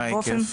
מה ההיקף?